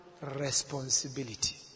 responsibility